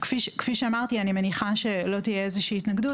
כפי שאמרתי, אני מניחה שלא תהיה איזושהי התנגדות.